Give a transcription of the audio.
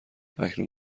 اکنون